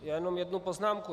Já jenom jednu poznámku.